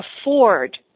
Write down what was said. afford